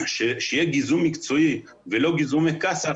שיהיה גיזום מקצועי ולא גיזומי כסאח,